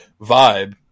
vibe